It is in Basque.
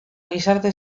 gizarte